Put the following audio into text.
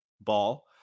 ball